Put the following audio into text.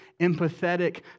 empathetic